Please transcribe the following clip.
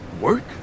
work